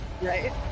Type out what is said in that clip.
Right